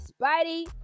spidey